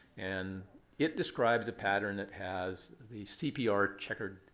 and it describes a pattern that has the cpr checkered,